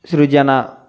సృజన